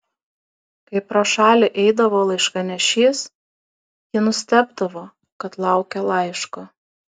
kai pro šalį eidavo laiškanešys ji nustebdavo kad laukia laiško